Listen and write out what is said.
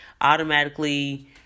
automatically